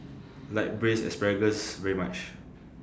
like Braised Asparagus very much